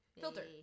filter